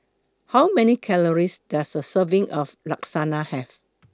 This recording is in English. How Many Calories Does A Serving of Lasagna Have